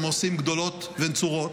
הם עושים גדולות ונצורות,